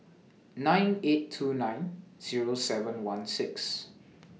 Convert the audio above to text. nine eight two nine Zero seven one six